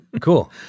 Cool